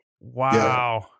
Wow